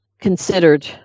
considered